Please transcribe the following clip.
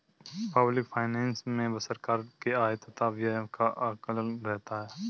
public finance मे सरकार के आय तथा व्यय का आकलन रहता है